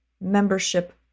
membership